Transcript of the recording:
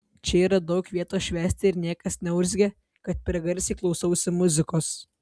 čia yra daug vietos švęsti ir niekas neurzgia kad per garsiai klausausi muzikos